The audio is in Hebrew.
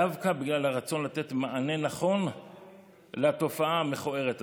דווקא בגלל הרצון לתת מענה נכון לתופעה המכוערת הזאת.